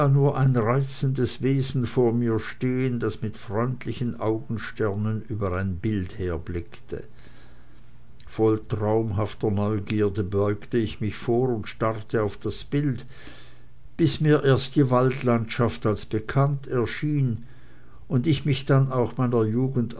nur ein reizendes wesen vor mir stehen das mit freundlichen augensternen über ein bild herblickte voll traumhafter neugierde beugte ich mich vor und starrte auf das bild bis mir erst die waldlandschaft als bekannt erschien und ich mich dann auch meiner